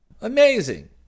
amazing